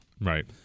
right